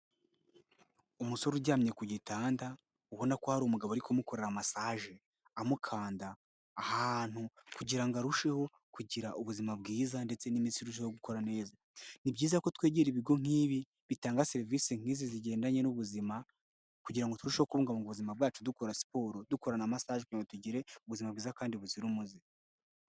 Umusore uryamye ku gitanda, ubona ko hari umugabo uri kumukorera masaje amukanda ahantu kugira ngo arusheho kugira ubuzima bwiza ndetse n'imitsi irusheho gukora neza, ni byiza ko twegera ibigo nk'ibi bitanga serivisi nk'izi zigendanye n'ubuzima, kugira ngo turusheho kubungabunga ubuzima bwacu dukora siporo, dukora na masaje kugira ngo tugire ubuzima bwiza kandi buzira umuze.